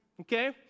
Okay